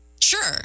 Sure